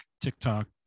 TikTok